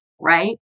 right